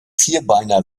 vierbeiner